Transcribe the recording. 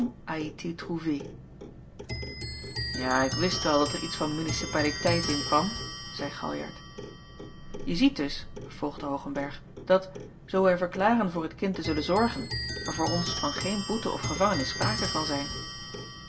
ja ik wist wel dat er iets van municipaliteit in kwam zeî galjart je ziet dus vervolgde hoogenberg dat zoo wij verklaren voor het kind te zullen zorgen er voor ons van geen boete of gevangenis sprake kan zijn